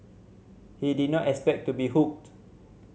he did not expect to be hooked